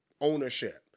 ownership